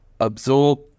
absorb